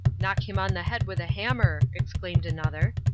knock him on the head with a hammer, exclaimed another.